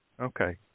Okay